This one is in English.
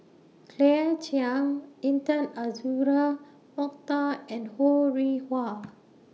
Claire Chiang Intan Azura Mokhtar and Ho Rih Hwa